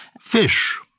Fish